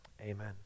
amen